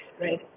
right